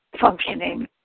functioning